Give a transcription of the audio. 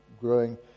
growing